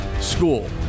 school